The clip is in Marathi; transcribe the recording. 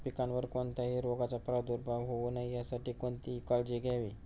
पिकावर कोणत्याही रोगाचा प्रादुर्भाव होऊ नये यासाठी कोणती काळजी घ्यावी?